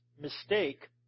mistake